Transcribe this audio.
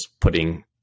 putting